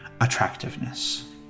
attractiveness